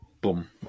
boom